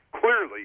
Clearly